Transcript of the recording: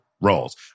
roles